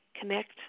connect